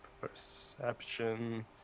Perception